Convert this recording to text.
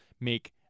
make